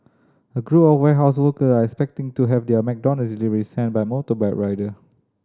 a group of warehouse worker are expecting to have their McDonald's delivery sent by motorbike rider